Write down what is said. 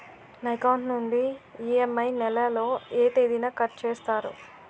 నా అకౌంట్ నుండి ఇ.ఎం.ఐ నెల లో ఏ తేదీన కట్ చేస్తారు?